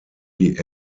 die